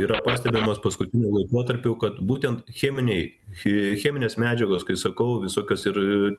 yra pastebimos paskutiniu laikotarpiu kad būtent cheminiai cheminės medžiagos kai sakau visokios ir